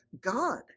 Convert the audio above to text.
God